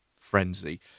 Frenzy